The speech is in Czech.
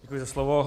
Děkuji za slovo.